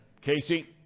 Casey